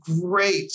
great